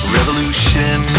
Revolution